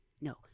No